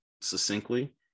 succinctly